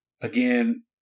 again